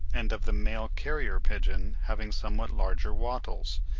and of the male carrier pigeon having somewhat larger wattles,